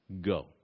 Go